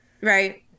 Right